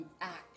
act